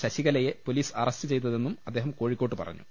ശശിക്ലയെ police arrest ചെയ്തതെന്നും അദ്ദേഹം കോഴിക്കോട്ട് പറഞ്ഞു